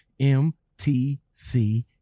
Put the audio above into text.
MTC